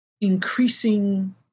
increasing